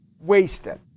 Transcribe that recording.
wasted